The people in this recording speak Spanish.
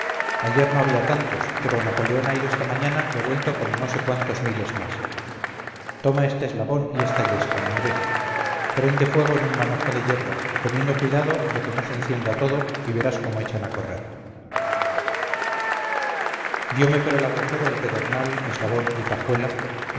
ayer no había tantos pero napoleón ha ido esta mañana y ha vuelto con no sé cuántos miles más toma este eslabón y esta yesca andrés prende fuego en un manojo de yerba teniendo cuidado de que no se encienda todo y verás cómo echan a correr diome por el agujero el pedernal eslabón y pajuela